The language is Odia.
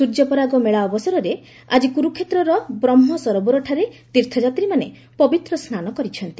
ସୂର୍ଯ୍ୟପରାଗ ମେଳା ଅବସରରେ ଆଜି କୁରୁକ୍ଷେତ୍ରର ବ୍ରହ୍ମ ସରୋବରଠାରେ ତୀର୍ଥଯାତ୍ରୀମାନେ ପବିତ୍ର ସ୍କାନ କରିଛନ୍ତି